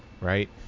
right